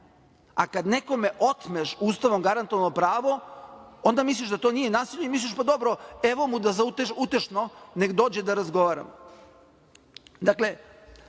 A kad nekome otmeš Ustavom garantovano pravo, onda misliš da to nije nasilje, misliš, pa dobro, evo mu utešno neka dođe da razgovaramo. Dakle,